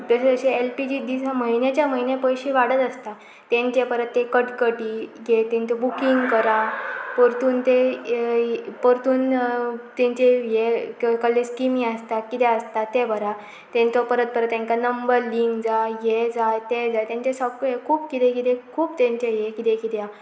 तशें जश L P G दिसा म्हयन्याच्या म्हयने पयशे वाडत आसता तेंचे परत ते कटकटी हे तेंच बुकींग करा परतून ते परतून तेंचे हे कले स्किमी आसता कितें आसता तें बरा तेंचो परत परत तेंकां नंबर लिंक जाय हें जाय तें जाय तेंचें सगळे खूब किदें किदें खूब तेंचें हें किदें किदें